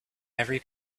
every